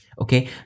okay